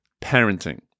parenting